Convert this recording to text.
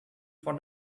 for